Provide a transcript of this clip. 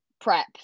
prep